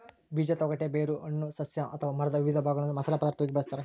ಬೀಜ ತೊಗಟೆ ಬೇರು ಹಣ್ಣು ಸಸ್ಯ ಅಥವಾ ಮರದ ವಿವಿಧ ಭಾಗಗಳನ್ನು ಮಸಾಲೆ ಪದಾರ್ಥವಾಗಿ ಬಳಸತಾರ